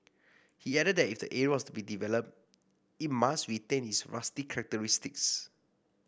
he added that if the area was to be developed it must retain its rustic characteristics